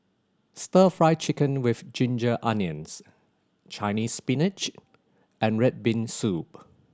Stir Fry Chicken with ginger onions Chinese Spinach and red bean soup